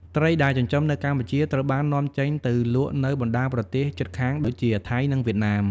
ត្រីដែលចិញ្ចឹមនៅកម្ពុជាត្រូវបាននាំចេញទៅលក់នៅបណ្តាប្រទេសជិតខាងដូចជា ថៃ និងវៀតណាម។